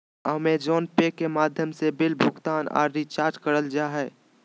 अमेज़ोने pay के माध्यम से बिल भुगतान आर रिचार्ज करल जा हय